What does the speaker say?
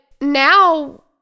now